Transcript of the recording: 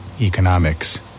economics